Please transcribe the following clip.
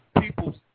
People